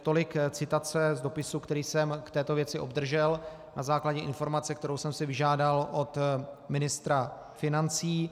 Tolik citace z dopisu, který jsem k této věci obdržel na základě informace, kterou jsem si vyžádal od ministra financí.